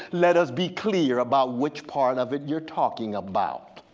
let us be clear about which part of it you're talking about.